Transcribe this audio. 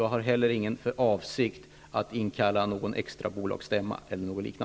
Jag har inte heller för avsikt att utlysa någon extra bolagsstämma e.d.